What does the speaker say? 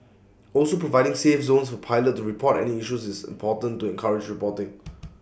also providing 'safe zones' for pilots to report any issues is important to encourage reporting